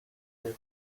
year